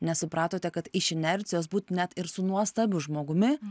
nes supratote kad iš inercijos būt net ir su nuostabiu žmogumi